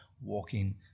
walking